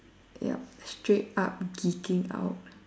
yup straight up geeking out